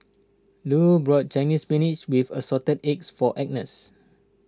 Lu bought Chinese Spinach with Assorted Eggs for Agnes